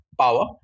power